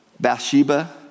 Bathsheba